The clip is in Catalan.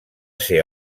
ser